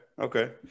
Okay